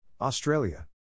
Australia